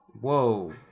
Whoa